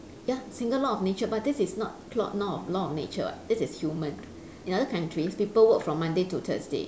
ya single law of nature but this is not law law of nature [what] this is human in other countries people work from monday to thursday